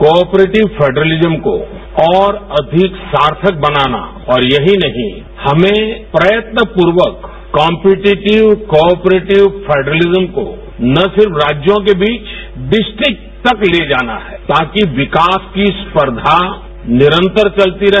cooperative federalism को और अधिक सार्थक बनाना और यही नहीं हमें प्रयत्न प्रर्यक कॉम्पेटिटिव कॉपेटिव फेरेरलिज्म को न सिर्फ राज्यों के बीच विद्दिक तक ले जाना है ताकि विकास की स्पर्धा निरंतर चलती रहे